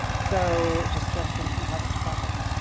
so just jumping from project to project.